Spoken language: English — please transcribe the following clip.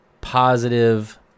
positive